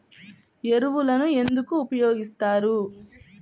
ఎరువులను ఎందుకు ఉపయోగిస్తారు?